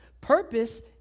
Purpose